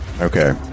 Okay